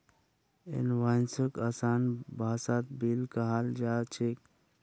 इनवॉइसक आसान भाषात बिल कहाल जा छेक